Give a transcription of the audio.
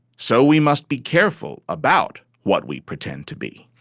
so we must be careful about what we pretend to be.